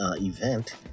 event